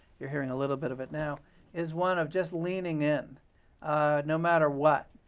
you're hearing a little bit of it now is one of just leaning in no matter what.